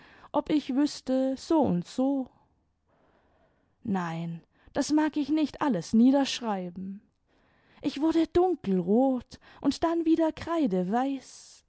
ob ich wüßte so und so nein das mag ich nicht alles niederschreiben ich wurde dunkelrot und dann wieder kreideweiß imd